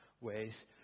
ways